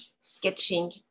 sketching